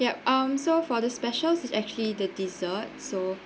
ya um so for the specials is actually the dessert so